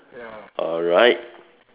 alright